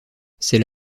c’est